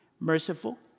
Merciful